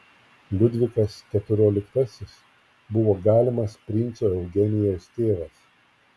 liudvikas keturioliktasis buvo galimas princo eugenijaus tėvas